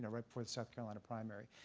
and right before the south carolina primary.